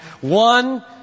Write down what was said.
One